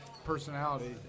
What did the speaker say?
personality